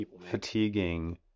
fatiguing